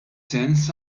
sens